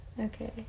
okay